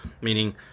meaning